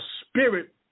spirit